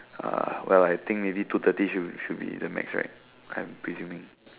uh well I think maybe two thirty should should be the max right I'm presuming